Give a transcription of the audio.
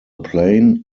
plain